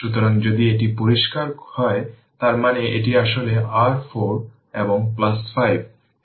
সুতরাং যদি এটি পরিষ্কার হয় তার মানে এটি আসলে r 4 এবং 5